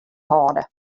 hâlde